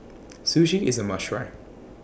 Sushi IS A must Try